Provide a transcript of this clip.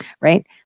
right